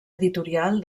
editorial